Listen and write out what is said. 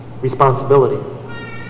responsibility